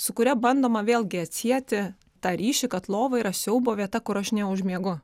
su kuria bandoma vėlgi atsieti tą ryšį kad lova yra siaubo vieta kur aš neužmiegu